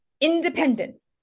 independent